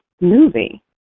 movie